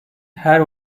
her